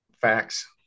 Facts